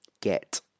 get